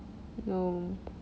no